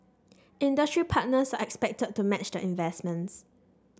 industry partners are expected to match the investments